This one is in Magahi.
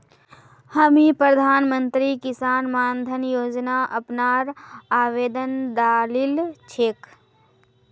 हामी प्रधानमंत्री किसान मान धन योजना अपनार आवेदन डालील छेक